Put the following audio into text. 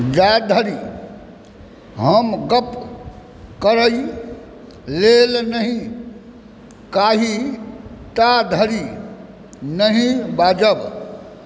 जाधरि हम गप करै लेल नहि कही ताधरि नहि बाजब